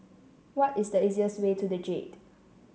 what is the easiest way to the Jade